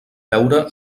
veure